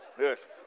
Yes